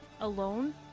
alone